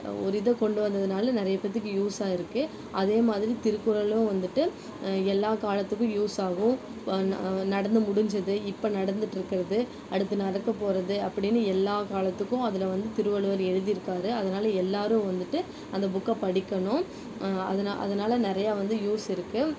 ஒரு இதை கொண்டு வந்ததனால நிறைய பேர்த்துக்கு யூஸ்ஸாக இருக்குது அதே மாதிரி திருக்குறளும் வந்துட்டு எல்லா காலத்துக்கும் யூஸ் ஆகும் நடந்து முடிஞ்சது இப்போ நடந்துகிட்டு இருக்கிறது அடுத்து நடக்கப் போஇறது அப்படின்னு எல்லா காலத்துக்கும் அதில் வந்து திருவள்ளுவர் எழுதிருக்கார் அதனால் எல்லாரும் வந்துட்டு அந்த புக்கை படிக்கணும் அதுனால் அதனால நிறையா வந்து யூஸ் இருக்குது